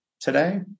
today